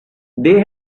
they